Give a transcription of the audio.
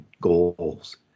goals